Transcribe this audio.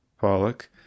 Pollock